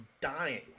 dying